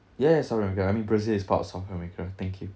yes yes south america okay I mean brazil is part of south america thank you